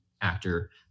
actor